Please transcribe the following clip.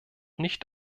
nicht